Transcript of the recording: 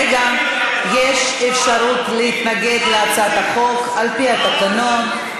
רגע, יש אפשרות להתנגד להצעת החוק על פי התקנון.